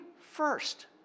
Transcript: first